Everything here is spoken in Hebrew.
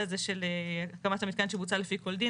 הזה של "הקמת המתקן שבוצע לפי כל דין",